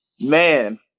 Man